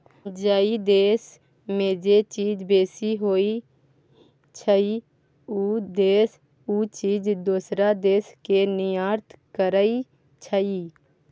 जइ देस में जे चीज बेसी होइ छइ, उ देस उ चीज दोसर देस के निर्यात करइ छइ